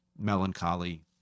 melancholy